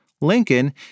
Lincoln